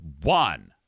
one